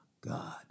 God